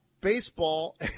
Baseball